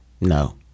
no